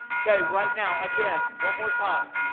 okay, right now, again, one more time.